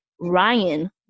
Ryan